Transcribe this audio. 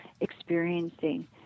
experiencing